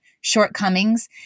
shortcomings